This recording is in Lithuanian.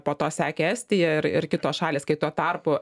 po to sekė estija ir ir kitos šalys kai tuo tarpu